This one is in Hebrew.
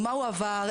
מה הועבר?